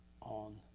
on